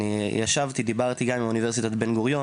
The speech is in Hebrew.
אני ישבתי דיברתי גם עם אוניברסיטת בן גוריון